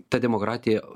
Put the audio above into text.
ta demokratija